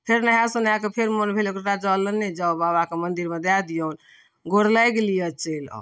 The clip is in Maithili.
फेर नहाय सोनाय कऽ फेर मन भेल एक लोटा जल लेने जाउ बाबाके मन्दिरमे दै दिऔन गोर लागि लिअ चलि आउ